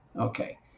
Okay